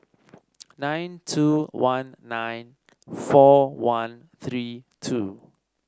nine two one nine four one three two